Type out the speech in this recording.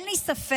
אין לי ספק